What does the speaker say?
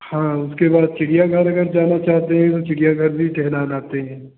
हाँ उसके बाद चिड़ियाघर अगर जाना चाहते हैं तो चिड़ियाघर भी टहला लाते हैं